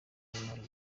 imirimo